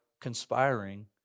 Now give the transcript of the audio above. conspiring